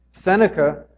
Seneca